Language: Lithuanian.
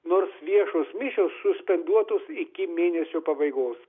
nors viešos mišios suspenduotos iki mėnesio pabaigos